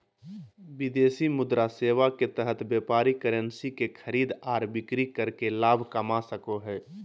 विदेशी मुद्रा सेवा के तहत व्यापारी करेंसी के खरीद आर बिक्री करके लाभ कमा सको हय